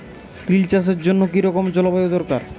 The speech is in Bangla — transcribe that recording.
তিল চাষের জন্য কি রকম জলবায়ু দরকার?